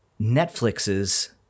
Netflix's